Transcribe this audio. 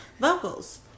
vocals